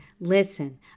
listen